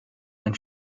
ein